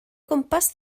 gwmpas